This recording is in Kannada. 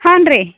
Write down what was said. ಹಾಂ ರೀ